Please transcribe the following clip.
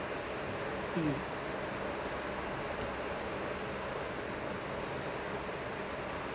mm